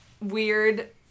Weird